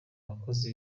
bakozi